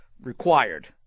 required